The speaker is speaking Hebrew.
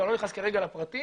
אני לא נכנס כרגע לפרטים,